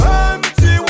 empty